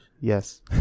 Yes